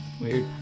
Weird